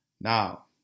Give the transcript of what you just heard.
Now